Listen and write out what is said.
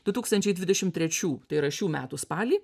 du tūkstančiai dvidešim trečių tai yra šių metų spalį